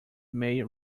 may